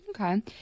Okay